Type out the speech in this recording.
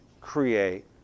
create